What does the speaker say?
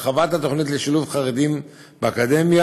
הרחבת התוכנית לשילוב חרדים באקדמיה,